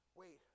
wait